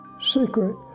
secret